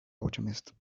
alchemist